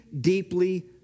deeply